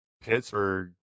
Pittsburgh